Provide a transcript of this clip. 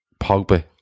Pogba